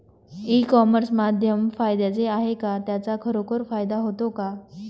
E commerce माध्यम फायद्याचे आहे का? त्याचा खरोखर फायदा होतो का?